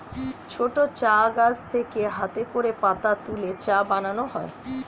ছোট চা গাছ থেকে হাতে করে পাতা তুলে চা বানানো হয়